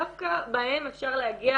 דווקא בהם אפשר להגיע